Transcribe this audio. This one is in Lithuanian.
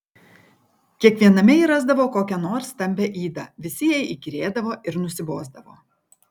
kiekviename ji rasdavo kokią nors stambią ydą visi jai įkyrėdavo ir nusibosdavo